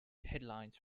headlines